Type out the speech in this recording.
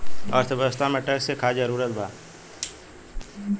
अर्थव्यवस्था में टैक्स के खास जरूरत बा